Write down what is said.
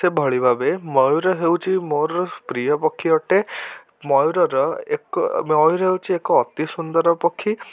ସେଭଳି ଭାବେ ମୟୂର ହେଉଛି ମୋର ପ୍ରିୟ ପକ୍ଷୀ ଅଟେ ମୟୂର ର ଏକ ମୟୂର ହେଉଛି ଏକ ଅତିସୁନ୍ଦର ପକ୍ଷୀ